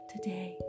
Today